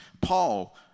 Paul